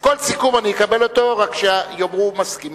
כל סיכום אני אקבל אותו, רק שיאמרו: מסכימים.